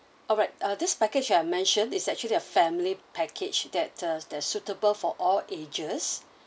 alright uh this package I've mentioned is actually a family package that uh that suitable for all ages